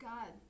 God